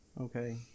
Okay